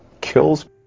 kills